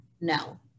No